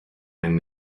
and